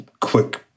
quick